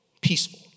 peaceful